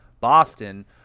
Boston –